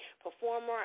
performer